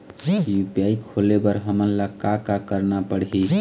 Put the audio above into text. UPI खोले बर हमन ला का का करना पड़ही?